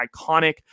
iconic